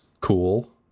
cool